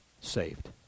saved